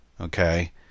Okay